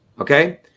Okay